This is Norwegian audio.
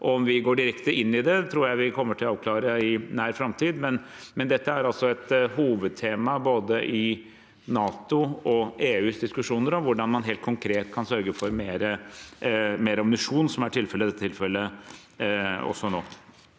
Om vi går direkte inn i det, tror jeg vi kommer til å avklare i nær framtid, men dette er et hovedtema i både NATOs og EUs diskusjoner om hvordan man helt konkret kan sørge for mer ammunisjon, som er tilfellet også nå.